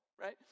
right